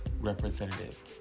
representative